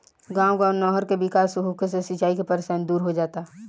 गांव गांव नहर के विकास होंगे से सिंचाई के परेशानी दूर हो जाता